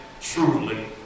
truly